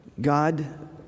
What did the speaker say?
God